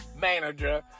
manager